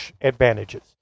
advantages